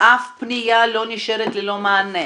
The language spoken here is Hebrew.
אף פנייה לא נשארת ללא מענה,